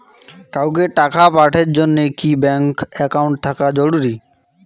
কাউকে টাকা পাঠের জন্যে কি ব্যাংক একাউন্ট থাকা জরুরি?